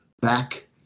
back